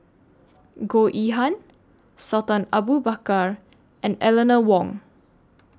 Goh Yihan Sultan Abu Bakar and Eleanor Wong